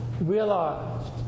realized